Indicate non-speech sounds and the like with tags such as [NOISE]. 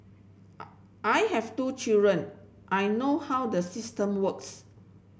[UNINTELLIGIBLE] I have two children I know how the system works